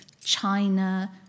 china